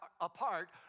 apart